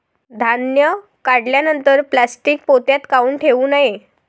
धान्य काढल्यानंतर प्लॅस्टीक पोत्यात काऊन ठेवू नये?